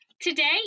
Today